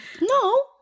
No